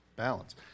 balance